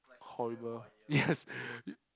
horrible yes